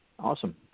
Awesome